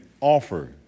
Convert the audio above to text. offer